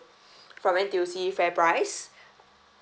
from N_T_U_C fairprice